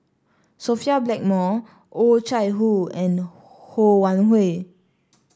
Sophia Blackmore Oh Chai Hoo and Ho Wan Hui